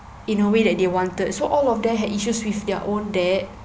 in a way that they wanted so all of them had issues with their own dad